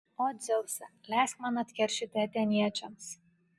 o dzeuse leisk man atkeršyti atėniečiams